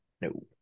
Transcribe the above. no